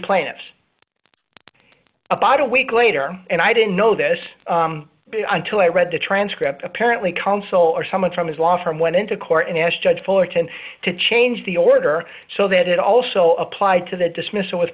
plants about a week later and i didn't know this until i read the transcript apparently counsel or someone from his law firm went into court and asked judge fullerton to change the order so that it also applied to the dismiss